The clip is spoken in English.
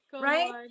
right